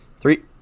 Three